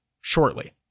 shortly